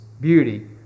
beauty